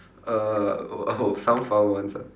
uh oh oh some fun ones ah